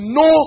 no